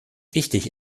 wichtig